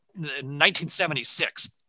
1976